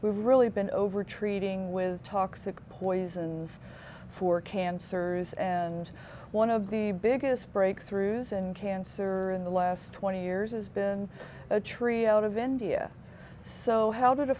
we've really been over treating with toxic poisons for cancers and one of the biggest breakthroughs and cancer in the last twenty years has been a tree out of india so how did